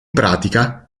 pratica